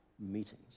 meetings